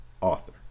author